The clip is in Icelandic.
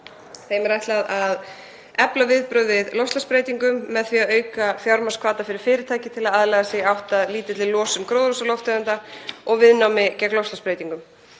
Þeim er ætlað að efla viðbrögð við loftslagsbreytingum með því að auka fjármagnshvata fyrir fyrirtæki til að aðlaga sig í átt að lítilli losun gróðurhúsalofttegunda og viðnámi gegn loftslagsbreytingum.